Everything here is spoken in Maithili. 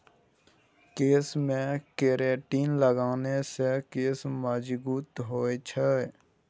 केशमे केरेटिन लगेने सँ केश मजगूत होए छै